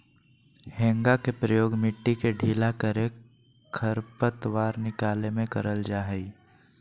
हेंगा के प्रयोग मिट्टी के ढीला करे, खरपतवार निकाले में करल जा हइ